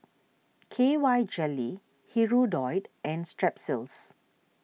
K Y Jelly Hirudoid and Strepsils